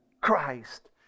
christ